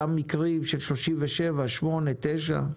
אותם מקרים של 37, 38, 39?